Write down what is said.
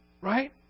right